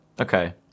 Okay